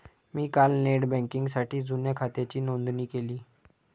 मी काल नेट बँकिंगसाठी जुन्या खात्याची नोंदणी केली